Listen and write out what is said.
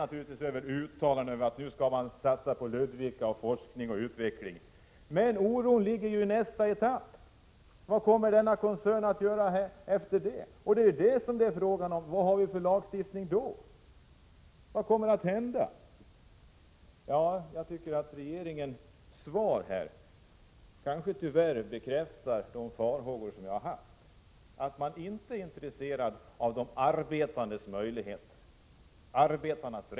Naturligtvis gläds man över uttalanden om att det skall satsas på Ludvika, att det skall satsas på forskning och utveckling. Men oron finns för vad som skall hända i nästa etapp. Vad kommer denna koncern att göra sedan? Frågan är vad vi då har för lagstiftning. Vad kommer att hända? Jag tror att regeringens svar tyvärr bekräftar de farhågor som jag har haft, nämligen att man inte är intresserad av de arbetandes rätt och möjligheter.